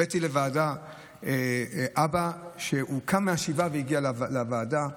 הבאתי לוועדה אבא שקם מהשבעה והגיע לוועדה,